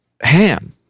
Ham